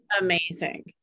Amazing